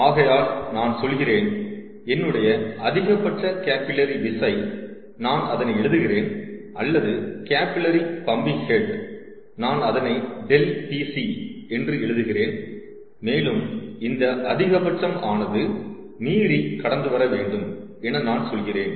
ஆகையால் நான் சொல்கிறேன் என்னுடைய அதிகபட்ச கேபில்லரி விசை நான் அதனை எழுதுகிறேன் அல்லது கேபில்லரி பம்பிங் ஹெட் நான் அதனை ∆Pc என்று எழுதுகிறேன் மேலும் இந்த அதிகபட்சம் ஆனது மீறி கடந்து வரவேண்டும் என நான் சொல்கிறேன்